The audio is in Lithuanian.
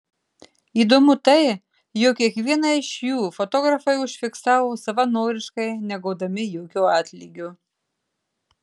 įdomu tai jog kiekvieną iš jų fotografai užfiksavo savanoriškai negaudami jokio atlygio